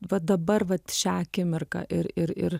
va dabar vat šią akimirką ir ir ir